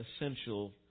essential